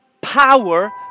power